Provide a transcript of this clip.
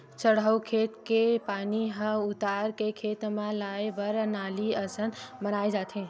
चड़हउ खेत के पानी ह उतारू के खेत म लाए बर नाली असन बनाए जाथे